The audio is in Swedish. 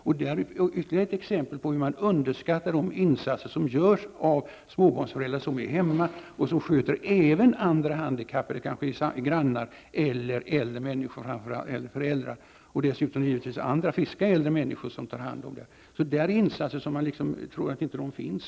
Detta är ytterligare ett exempel på hur man underskattar de insatser som görs av småbarnsföräldrar som är hemma och som sköter även andra handikappade, kanske grannar, eller äldre människor, framför allt äldre föräldrar. Dessutom finns det givetvis andra, friska äldre människor som tar hand om detta. Detta är alltså insatser som man inte tror finns.